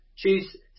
Choose